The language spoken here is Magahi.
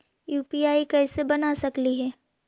यु.पी.आई कैसे बना सकली हे?